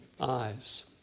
eyes